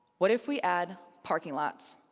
what if we add parking lots?